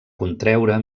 contreure